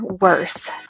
worse